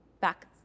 back